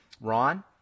Ron